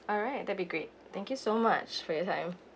alright that'd great thank you so much for your time